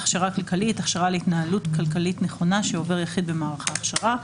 "הכשרה כלכלית" - הכשרה להתנהלות כלכלית נכונה שעובר יחיד במערך ההכשרה.